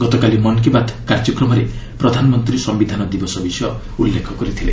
ଗତକାଲି ମନ୍ କୀ ବାତ୍ କାର୍ଯ୍ୟକ୍ରମରେ ପ୍ରଧାନମନ୍ତ୍ରୀ ସମ୍ଭିଧାନ ଦିବସ ବିଷୟ ଉଲ୍ଲେଖ କରିଥିଲେ